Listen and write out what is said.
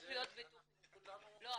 אנחנו כולנו --- לא,